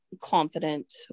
confident